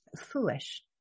foolish